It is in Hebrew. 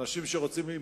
אנשים שרוצים להיות